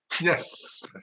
Yes